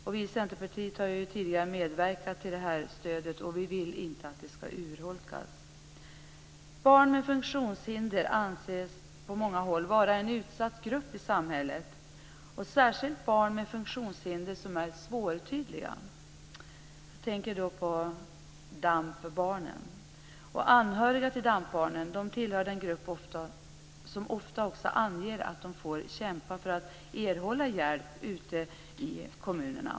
Vi i Centerpartiet har ju tidigare medverkat till det här stödet, och vi vill inte att det ska urholkas. Barn med funktionshinder anses på många håll vara en utsatt grupp i samhället. Det gäller särskilt barn med funktionshinder som är svårtydliga. Jag tänker då på DAMP-barnen. De anhöriga till DAMP barnen tillhör den grupp som ofta också anger att de får kämpa för att erhålla hjälp ute i kommunerna.